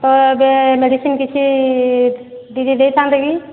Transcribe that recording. ତ ଏବେ ମେଡ଼ିସିନ୍ କିଛି ଦିଦି ଦେଇଥାନ୍ତେ କି